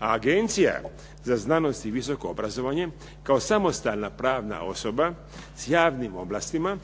A Agencija za znanost i visoko obrazovanje kao samostalna pravna osoba s javnim ovlastima